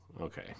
okay